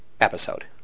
Episode